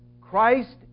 Christ